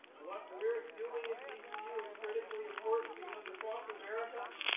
what we're doing at vcu is critically important because across america,